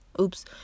oops